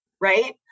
right